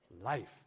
Life